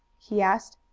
he asked.